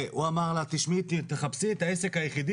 שיקולים של גודל העסק,